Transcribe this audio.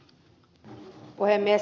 herra puhemies